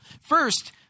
First